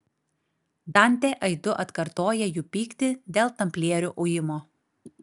dantė aidu atkartoja jų pyktį dėl tamplierių ujimo